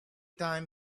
time